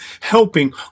helping